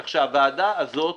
כך שהוועדה הזאת,